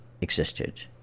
existed